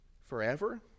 forever